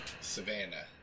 Savannah